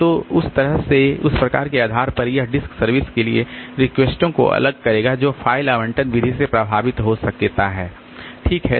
तो उस तरह से उस प्रकार के आधार पर यह डिस्क सर्विस के लिए रिक्वेस्ट को अलग करेगा जो फ़ाइल आवंटन विधि से प्रभावित हो सकता है ठीक है